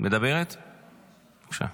שלוש דקות, בבקשה.